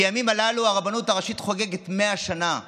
בימים הללו הרבנות הראשית חוגגת 100 שנה לקיומה,